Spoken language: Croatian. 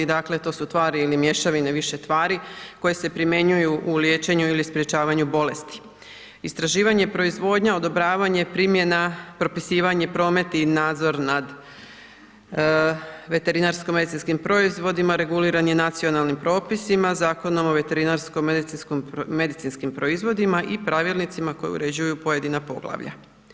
Dakle, to su tvari ili mješavine više tvari koje se primjenjuju u liječenju ili sprječavanju bolesti, istraživanje, proizvodnja, odobravanje, primjena, propisivanje, promet i nadzor nad veterinarsko-medicinskim proizvodima, reguliranje nacionalnim propisima, Zakonom o veterinarsko-medicinskim proizvodima i pravilnicima koji uređuju pojedina poglavlja.